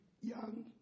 young